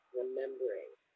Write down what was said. remembering